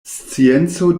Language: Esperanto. scienco